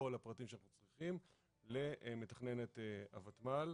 הפרטים שאנחנו צריכים למתכננת הוותמ"ל.